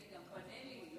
גם פאנלים.